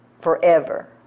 Forever